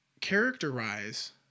characterize